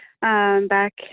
back